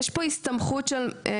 יש כאן הסתמכות של משפחות,